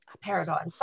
paradigm